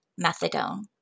methadone